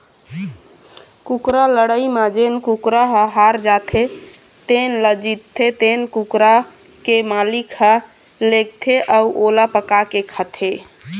कुकरा लड़ई म जेन कुकरा ह हार जाथे तेन ल जीतथे तेन कुकरा के मालिक ह लेगथे अउ ओला पकाके खाथे